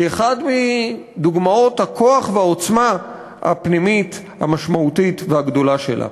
כאחת מהדוגמאות לכוח ולעוצמה הפנימית המשמעותית והגדולה שלה.